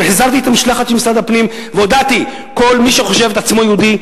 החזרתי את המשלחת של משרד הפנים והודעתי: כל מי שחושב את עצמו יהודי,